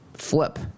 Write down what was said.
flip